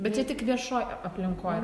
bet čia tik viešoj aplinkoj